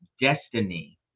destiny